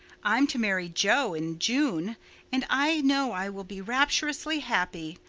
i'm to marry jo in june and i know i will be rapturously happy.